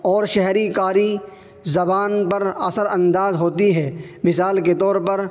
اور شہری کاری زبان پر اثر انداز ہوتی ہے مثال کے طور پر